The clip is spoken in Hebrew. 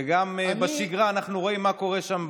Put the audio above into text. וגם בשגרה אנחנו רואים מה קורה שם,